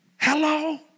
Hello